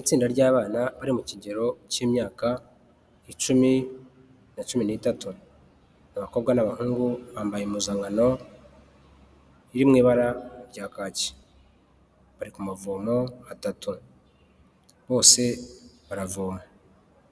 Itsinda ry'abana bari mu kigero cy'imyaka icumi na cumi n'itatu. Ni abakobwa n'abahungu bambaye impuzankano iri mu ibara rya kaki, bari ku mavomo atatu, bose baravoma.